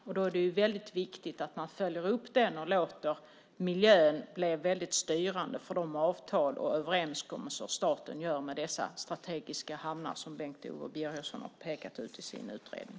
Det är väldigt viktigt att man följer upp den och låter miljön bli styrande för de avtal och överenskommelser staten gör med dessa strategiska hamnar som Bengt-Ove Birgersson har pekat ut i sin utredning.